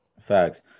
Facts